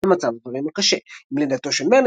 על מצב הדברים הקשה; עם לידתו של מרלין,